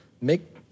make